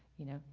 you know,